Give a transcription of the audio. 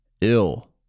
ill